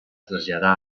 traslladà